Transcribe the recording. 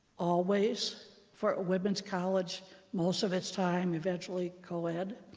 always for women's college most of its time, eventually co-ed.